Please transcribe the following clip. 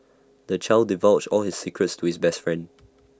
the child divulged all his secrets to his best friend